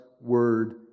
word